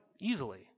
easily